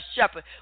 shepherd